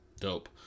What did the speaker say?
Dope